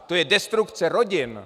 To je destrukce rodin!